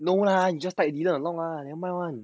no lah you just like needed go ah never mind [one]